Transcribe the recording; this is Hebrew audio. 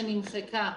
שנמחקה,